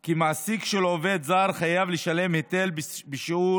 כי מעסיק של עובד זר חייב לשלם היטל בשיעור